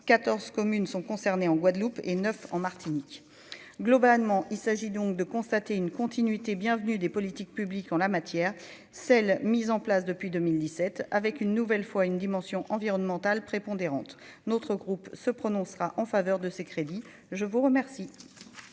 14 communes sont concernées en Guadeloupe et 9 en Martinique, globalement, il s'agit donc de constater une continuité bienvenue des politiques publiques en la matière, celles mises en place depuis 2017 avec une nouvelle fois une dimension environnementale prépondérante notre groupe se prononcera en faveur de ces crédits, je vous remercie.